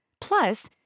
Plus